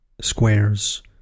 squares